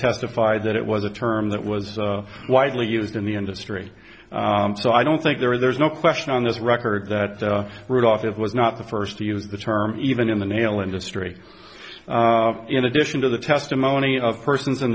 testified that it was a term that was widely used in the industry so i don't think there is there is no question on this record that rudolph is was not the first to use the term even in the nail industry in addition to the testimony of persons in